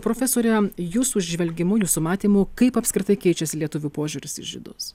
profesore jūsų žvelgimu jūsų matymu kaip apskritai keičiasi lietuvių požiūris į žydus